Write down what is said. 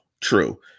true